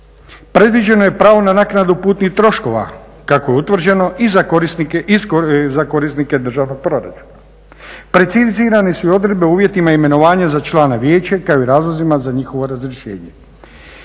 Predviđeno je pravo na naknadu putnih troškova kako je utvrđeno i za korisnike i za korisnike državnog proračuna, precizirani su i odredbe o uvjetima imenovanja za člana vijeća kao i razlozima za njihovo razrješenje.